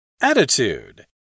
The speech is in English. Attitude